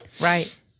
Right